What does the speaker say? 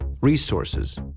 resources